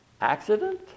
Accident